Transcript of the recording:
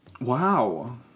Wow